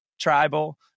tribal